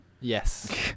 Yes